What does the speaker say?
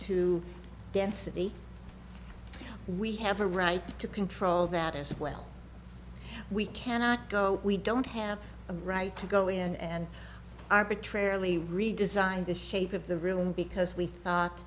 to density we have a right to control that as well we cannot go we don't have a right to go in and arbitrarily redesign the shape of the room because we thought